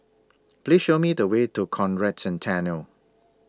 Please Show Me The Way to Conrad Centennial